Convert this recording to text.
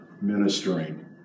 ministering